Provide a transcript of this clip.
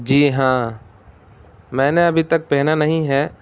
جی ہاں میں نے ابھی تک پہنا نہیں ہے